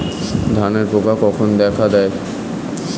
ধানের পোকা কখন দেখা দেয়?